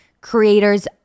creators